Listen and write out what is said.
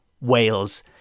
Wales